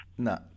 No